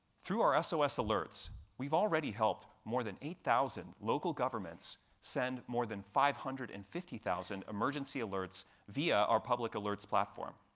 through our so sos alerts, we've already helped more than eight thousand local governments send more than five hundred and fifty thousand emergency alerts via our public alerts platform.